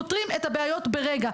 פותרים את הבעיות ברגע.